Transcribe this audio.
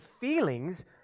feelings